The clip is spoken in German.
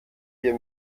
wir